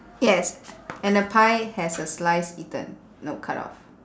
yes and the pie has a slice eaten no cut off